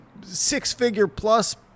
six-figure-plus